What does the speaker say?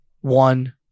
one